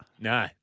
No